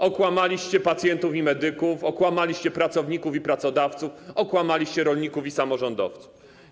Okłamaliście pacjentów i medyków, okłamaliście pracowników i pracodawców, okłamaliście rolników i samorządowców.